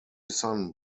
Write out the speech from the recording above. son